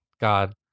God